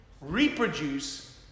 Reproduce